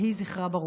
יהי זכרה ברוך.